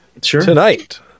tonight